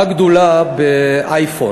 מה הגדולה באייפון?